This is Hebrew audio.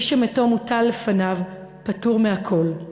מי שמתו מוטל לפניו פטור מהכול,